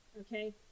Okay